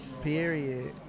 period